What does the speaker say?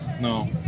No